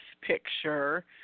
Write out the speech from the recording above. picture